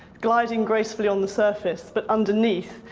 gliding gracefully on the surface, but, underneath,